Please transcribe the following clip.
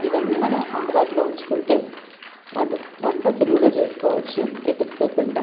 ఇవన్నీ మనం అందుబాటులో ఉంచుకుంటే వంట వంట సులువుగా చేసుకోవచ్చు వెతుక్కోకుండా